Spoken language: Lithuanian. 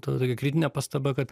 ta tokia kritinė pastaba kad